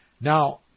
Now